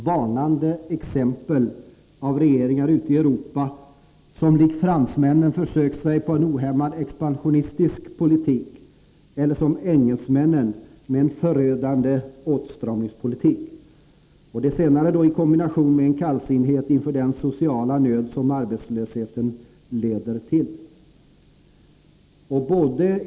Varnande exempel finns på åtgärder som vidtagits av regeringar ute i Europa, som likt fransmännen försökt sig på en ohämmad expansionistisk politik eller som engelsmännen en förödande åtstramningspolitik, den senare i kombination med en kallsinnighet inför den sociala nöd som arbetslösheten leder till.